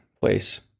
place